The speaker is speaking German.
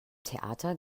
theater